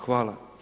Hvala.